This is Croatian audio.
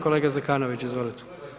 Kolega Zekanović, izvolite.